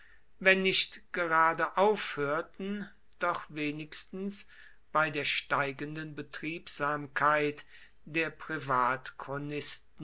wenn nicht gerade aufhörten doch wenigstens bei der steigenden betriebsamkeit der